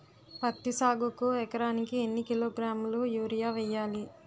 పత్తి సాగుకు ఎకరానికి ఎన్నికిలోగ్రాములా యూరియా వెయ్యాలి?